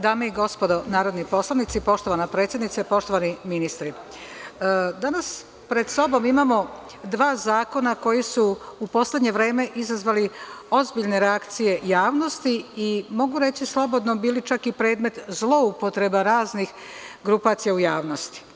Dame i gospodo narodni poslanici, poštovana predsednice, poštovani ministre, danas pred sobom imamo dva zakona koji su u poslednje vreme izazvali ozbiljne reakcije javnosti i, mogu reći slobodno, bili čak i predmet zloupotreba raznih grupacija u javnosti.